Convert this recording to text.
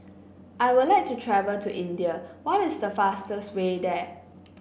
I would like to travel to India what is the fastest way there